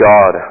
God